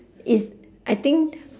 is I think